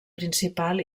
principal